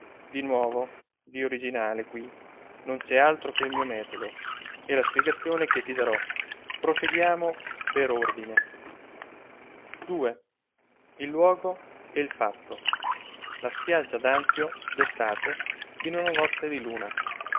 di nuovo di originale qui non c'è altro che il mio metodo e la spiegazione che ti darò proseguiamo per ordine l luogo e il fatto la spiaggia d'anzio d'estate in una notte di luna